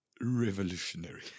revolutionary